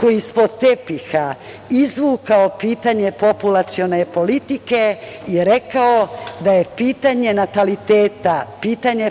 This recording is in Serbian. koji je ispod tepiha izvukao pitanje populacione politike i rekao da je pitanje nataliteta, pitanje